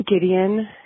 Gideon